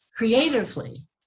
creatively